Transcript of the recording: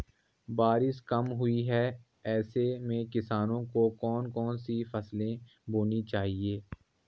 बारिश कम हुई है ऐसे में किसानों को कौन कौन सी फसलें बोनी चाहिए?